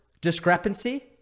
discrepancy